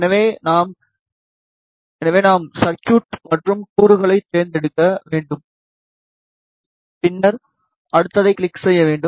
எனவே நாம் எனவே நாம் சர்குட் மற்றும் கூறுகளைத் தேர்ந்தெடுக்க வேண்டும்பின்னர் அடுத்ததைக் கிளிக் செய்ய வேண்டும்